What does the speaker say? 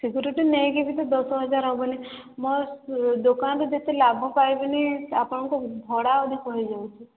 security ନେଇକି ବି ତ ଦଶ ହଜାର ହେବନି ମୋ ଦୋକାନରେ ଯେତେ ଲାଭ ପାଇବିନି ଆପଣଙ୍କ ଭଡ଼ା ଅଧିକ ହୋଇଯାଉଛି